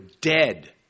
dead